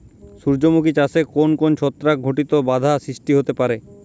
সূর্যমুখী চাষে কোন কোন ছত্রাক ঘটিত বাধা সৃষ্টি হতে পারে?